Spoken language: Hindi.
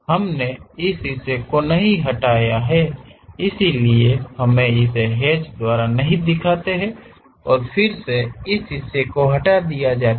हमने इस हिस्से को नहीं हटाया इसलिए हम इसे हैच द्वारा नहीं दिखाते हैं और फिर से इस हिस्से को हटा दिया जाता है